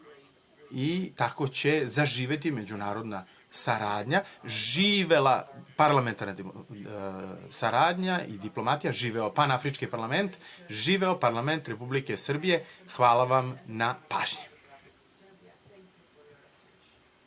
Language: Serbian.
i tako će zaživeti međunarodna saradnja. Živela parlamentarna saradnja i diplomatija, živeo Panafrički parlament, živeo parlament Republike Srbije. Hvala vam na pažnji.